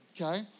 okay